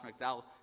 McDowell